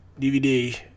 dvd